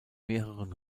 mehreren